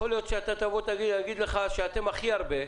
יכול להיות שיגידו לך שלכם יש הכי הרבה,